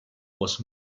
was